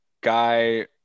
guy